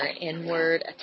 inward